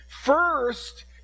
first